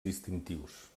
distintius